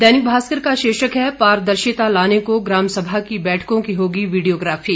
दैनिक भास्कर का शीर्षक है पारदर्शिता लाने को ग्रामसभा की बैठकों की होगी वीडियोग्राफी